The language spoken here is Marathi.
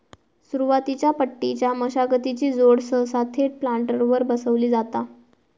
सुरुवातीच्या पट्टीच्या मशागतीची जोड सहसा थेट प्लांटरवर बसवली जाता